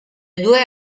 due